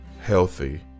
healthy